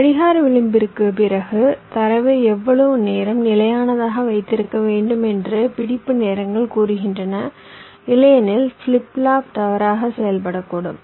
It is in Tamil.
கடிகார விளிம்பிற்குப் பிறகு தரவை எவ்வளவு நேரம் நிலையானதாக வைத்திருக்க வேண்டும் என்று பிடிப்பு நேரங்கள் கூறுகின்றன இல்லையெனில் ஃபிளிப் ஃப்ளாப் தவறாக செயல்படக்கூடும்